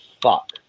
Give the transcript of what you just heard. fuck